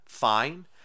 fine